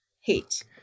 hate